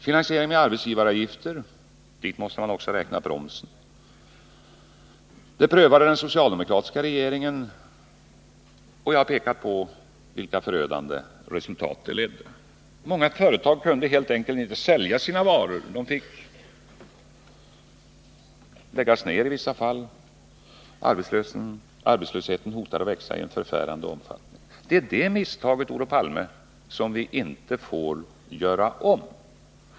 Finansiering med arbetsgivaravgifter— dit måste man också räkna promsen —- prövades av den socialdemokratiska regeringen, och jag har pekat på vilka förödande resultat det ledde till. Många företag kunde helt enkelt inte sälja sina varor. Företagen fick läggas ner i vissa fall. Arbetslösheten hotade att växa i en förfärande omfattning. Det misstaget, Olof Palme, får vi inte göra om.